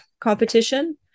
competition